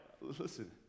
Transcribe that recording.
listen